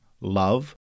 love